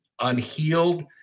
unhealed